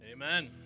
Amen